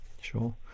Sure